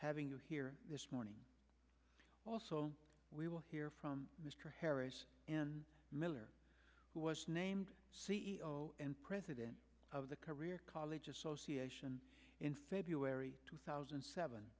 having you here this morning also we will hear from mr harris and miller who was named c e o and president of the career college association in february two thousand and seven